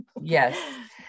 Yes